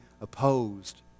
opposed